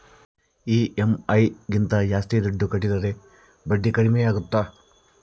EMI ಗಿಂತ ಜಾಸ್ತಿ ದುಡ್ಡು ಕಟ್ಟಿದರೆ ಬಡ್ಡಿ ಕಡಿಮೆ ಆಗುತ್ತಾ?